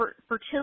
Fertility